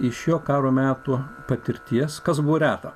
iš jo karo metų patirties kas buvo reta